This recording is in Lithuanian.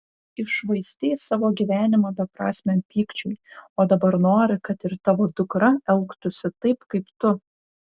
iššvaistei savo gyvenimą beprasmiam pykčiui o dabar nori kad ir tavo dukra elgtųsi taip kaip tu